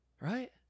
right